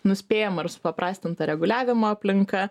nuspėjama ir supaprastinta reguliavimo aplinka